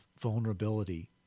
vulnerability